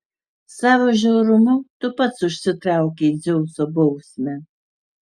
savo žiaurumu tu pats užsitraukei dzeuso bausmę